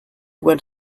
went